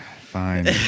Fine